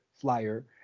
flyer